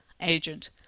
agent